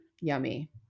yummy